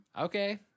Okay